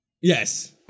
Yes